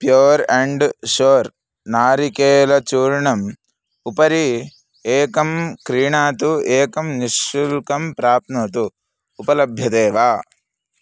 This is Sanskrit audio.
प्योर् अण्ड् शोर् नारिकेलचूर्णम् उपरि एकं क्रीणातु एकं निःशुल्कं प्राप्नोतुं उपलभ्यते वा